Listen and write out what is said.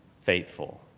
faithful